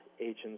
agents